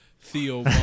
Theo